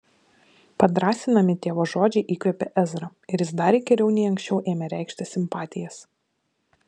padrąsinami tėvo žodžiai įkvėpė ezrą ir jis dar įkyriau nei anksčiau ėmė reikšti simpatijas